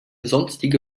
sonstige